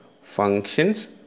functions